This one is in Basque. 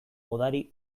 odari